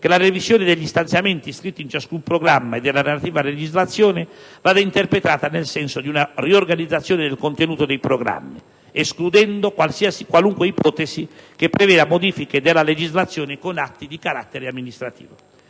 che la revisione degli stanziamenti iscritti in ciascun programma e della relativa legislazione vada interpretata nel senso di una riorganizzazione del contenuto dei programmi, escludendo qualunque ipotesi che preveda modifiche della legislazione con atti di carattere amministrativo.